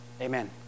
amen